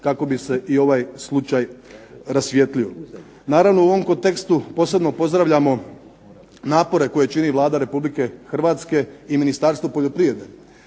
kako bi se i ovaj slučaj rasvijetlio. Naravno u ovom kontekstu posebno pozdravljamo napore koje čini Vlada Republike Hrvatske i Ministarstvo poljoprivrede